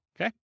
okay